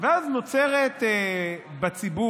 ואז נוצרת בציבור,